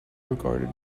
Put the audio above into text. regarded